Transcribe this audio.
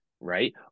right